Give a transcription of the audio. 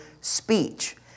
speech